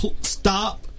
stop